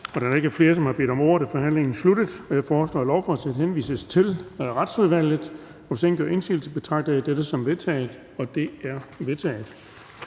Da der ikke er flere, som har bedt om ordet, er forhandlingen sluttet. Jeg foreslår, at lovforslaget henvises til Retsudvalget. Hvis ingen gør indsigelse, betragter jeg dette som vedtaget. Det er vedtaget.